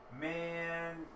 Man